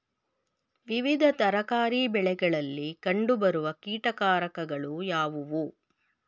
ವಿವಿಧ ತರಕಾರಿ ಬೆಳೆಗಳಲ್ಲಿ ಕಂಡು ಬರುವ ಕೀಟಕಾರಕಗಳು ಯಾವುವು?